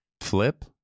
Flip